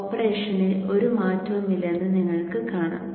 ഓപ്പറേഷനിൽ ഒരു മാറ്റവുമില്ലെന്ന് നിങ്ങൾക്ക് കാണാം